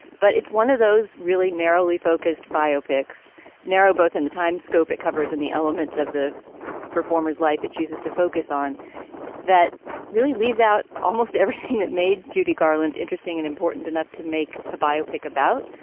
but it's one of those really narrowly focused biopics narrow both in the time scope it covers and the elements of the performer's life it chooses to focus on that really leaves out almost everything that made judy garland interesting and important enough to make a biopic about.